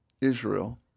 Israel